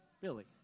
Billy